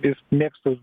ir mėgstu